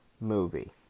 movie